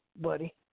buddy